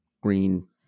green